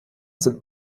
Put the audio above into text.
sind